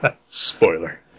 Spoiler